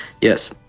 yes